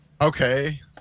okay